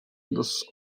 das